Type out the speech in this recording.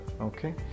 okay